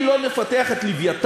אם לא נפתח את "לווייתן"